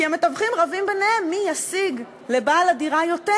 כי המתווכים רבים ביניהם מי ישיג לבעל הדירה יותר,